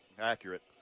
accurate